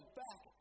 back